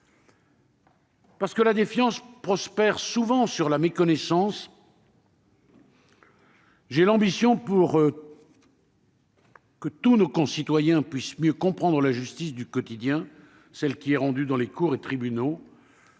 Parce que la défiance prospère souvent sur la méconnaissance, j'ai l'ambition de faire en sorte que tous nos concitoyens puissent mieux comprendre la justice du quotidien, celle qui est rendue dans les cours et les tribunaux